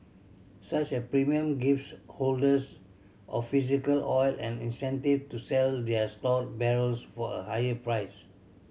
such a premium gives holders of physical oil an incentive to sell their stored barrels for a higher price